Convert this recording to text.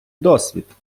досвід